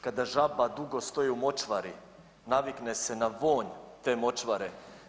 Kada žaba dugo stoji u močvari navikne se na vonj te močvare.